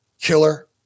killer